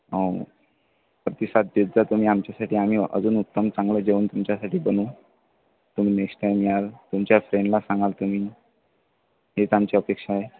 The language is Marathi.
हो प्रतिसाद देत जा तुम्ही आमच्यासाठी आम्ही अजून उत्तम चांगलं जेवण तुमच्यासाठी बनवू तुम्ही नेक्स्ट टाईम याल तुमच्या फ्रेंडला सांगाल तुम्ही हीच आमची अपेक्षा आहे